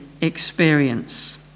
experience